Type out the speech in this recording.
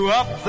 up